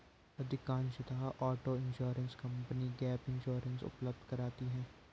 अधिकांशतः auto insurance company gap insurance उपलब्ध कराती है